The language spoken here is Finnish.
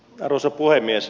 arvoisa puhemies